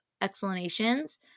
explanations